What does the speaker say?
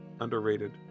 underrated